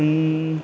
उम